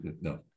No